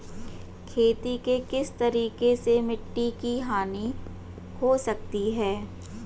खेती के किस तरीके से मिट्टी की हानि हो सकती है?